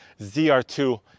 ZR2